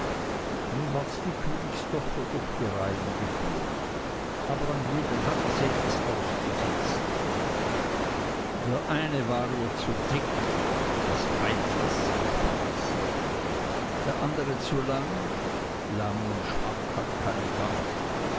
nun ward die königstochter durch die reihen geführt aber an jedem hatte sie etwas auszusetzen der eine war ihr zu dick das weinfaß sprach sie der andere zu lang lang und schwank hat keinen gang